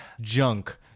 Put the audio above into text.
junk